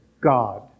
God